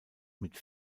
mit